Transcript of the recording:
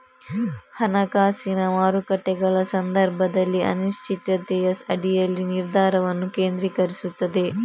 ಹಣಕಾಸಿನ ಮಾರುಕಟ್ಟೆಗಳ ಸಂದರ್ಭದಲ್ಲಿ ಅನಿಶ್ಚಿತತೆಯ ಅಡಿಯಲ್ಲಿ ನಿರ್ಧಾರವನ್ನು ಕೇಂದ್ರೀಕರಿಸುತ್ತದೆ